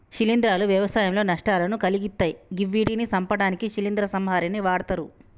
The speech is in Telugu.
శిలీంద్రాలు వ్యవసాయంలో నష్టాలను కలిగిత్తయ్ గివ్విటిని సంపడానికి శిలీంద్ర సంహారిణిని వాడ్తరు